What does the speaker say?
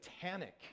satanic